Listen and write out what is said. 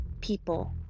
people